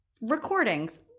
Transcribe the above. recordings